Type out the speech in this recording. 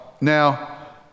Now